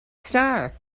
star